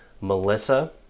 Melissa